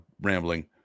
rambling